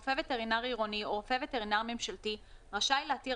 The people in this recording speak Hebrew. רופא וטרינר עירוני או רופא וטרינר ממשלתי רשאי להתיר